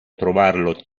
trovarlo